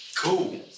Cool